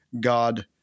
God